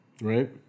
right